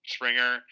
Springer